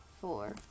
four